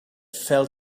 fell